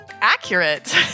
accurate